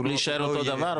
להישאר אותו דבר,